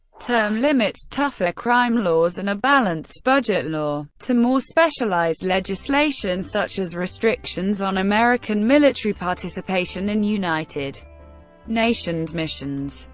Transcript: term limits, tougher crime laws, and a balanced budget law, to more specialized legislation such as restrictions on american military participation in united nations missions.